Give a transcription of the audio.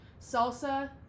Salsa